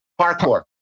parkour